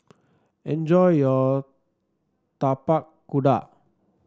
enjoy your Tapak Kuda